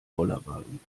bollerwagen